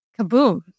kaboom